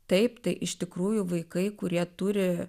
taip tai iš tikrųjų vaikai kurie turi